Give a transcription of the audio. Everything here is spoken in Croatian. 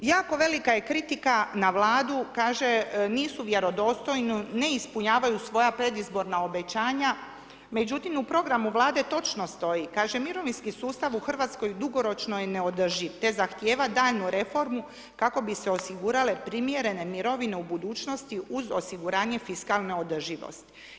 Jako velika je kritika na Vladu, kažu nisu vjerodostojno ne ispunjavaju svoje predizboran obećanja međutim, u programu vlade, točno stoji, kaže mirovinski sustav u Hrvatskoj dugoročno je neodrživ te zahtjeva daljnju reformu kako bi se osigurale primjerene mirovine u budućnosti uz osiguranje fiskalne održivosti.